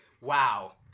wow